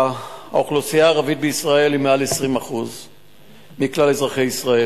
האוכלוסייה הערבית בישראל היא מעל 20% מכלל אזרחי ישראל.